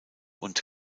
und